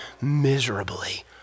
miserably